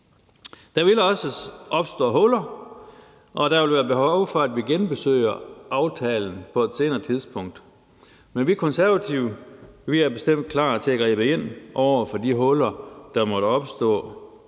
Der vil også opstå huller, og der vil være behov for, at vi genbesøger aftalen på et senere tidspunkt. Men vi Konservative er bestemt klar til at gribe ind over for de huller, der måtte opstå.